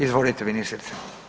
Izvolite ministrice.